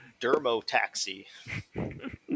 Dermotaxi